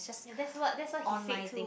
ya that's what that's what he said too